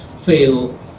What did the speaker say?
feel